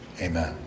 amen